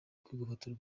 kwigobotora